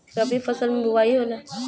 रबी फसल मे बोआई होला?